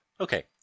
Okay